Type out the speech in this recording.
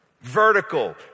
vertical